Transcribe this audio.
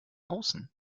außen